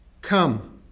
Come